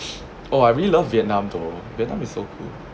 oh I really love vietnam though vietnam is so cool